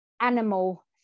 animal